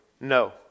No